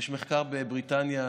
יש מחקר בבריטניה,